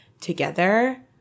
together